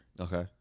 Okay